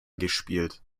gespielt